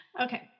Okay